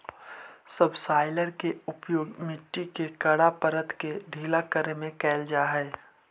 subsoiler के उपयोग मट्टी के कड़ा परत के ढीला करे में कैल जा हई